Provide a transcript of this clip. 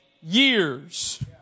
years